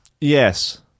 yes